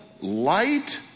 light